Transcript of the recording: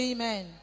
Amen